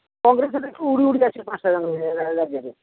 କଂଗ୍ରେସ୍ ଦେଖିବୁ ଉଡ଼ି ଉଡ଼ିକି ଆସିବ ପାଞ୍ଚଟା ଯାକ ରାଜ୍ୟରେ